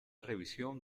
revisión